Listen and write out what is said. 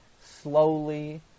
slowly